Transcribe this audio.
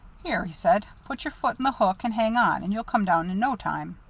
here, he said put your foot in the hook and hang on, and you'll come down in no time.